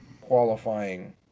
qualifying